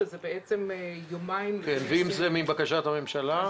שזה יומיים --- ואם זה מבקשת הממשלה?